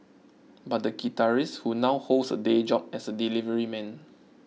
but the guitarist who now holds a day job as a delivery man